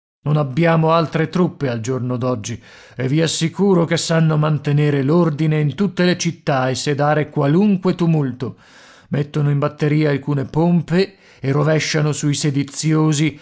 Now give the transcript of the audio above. non abbiamo altre truppe al giorno d'oggi e vi assicuro che sanno mantenere l'ordine in tutte le città e sedare qualunque tumulto mettono in batteria alcune pompe e rovesciano sui